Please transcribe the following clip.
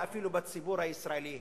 ואפילו בציבור הישראלי.